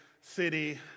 city